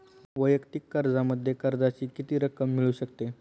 वैयक्तिक कर्जामध्ये कर्जाची किती रक्कम मिळू शकते?